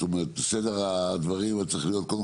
זאת אומרת בסדר הדברים צריך להיות קודם